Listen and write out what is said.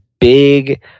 big